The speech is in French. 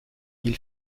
ils